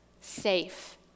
safe